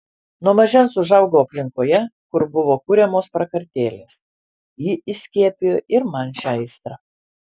nuo mažens užaugau aplinkoje kur buvo kuriamos prakartėlės ji įskiepijo ir man šią aistrą